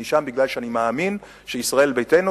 אני שם בגלל שאני מאמין שישראל ביתנו,